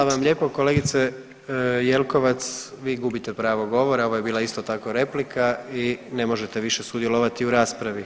Hvala vam lijepo kolegice Jelkovac, vi gubite pravo govora, ovo je bila isto tako replika i ne možete više sudjelovati u raspravi.